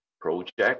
project